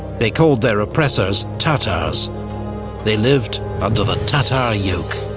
they called their oppressors tatars they lived under the tatar yoke.